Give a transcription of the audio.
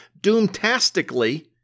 doomtastically